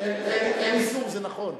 אין איסור, זה נכון.